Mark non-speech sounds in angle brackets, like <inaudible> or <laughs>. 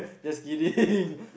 just kidding <laughs>